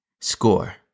Score